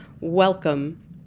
Welcome